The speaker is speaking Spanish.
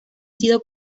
sido